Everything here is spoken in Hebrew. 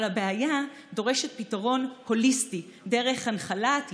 אבל הבעיה דורשת פתרון הוליסטי דרך הנחלת,